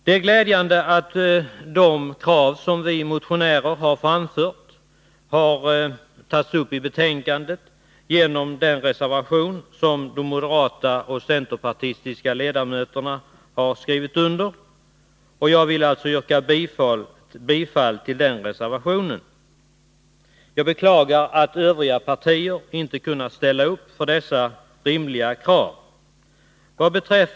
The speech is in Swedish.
Det är glädjande att de krav som vi motionärer har framfört har tagits upp i betänkandet genom den reservation som de moderata och centerpartistiska ledamöterna har skrivit. Jag vill yrka bifall till den reservationen. Jag beklagar att övriga partier inte kunnat ställa sig bakom dessa rimliga krav.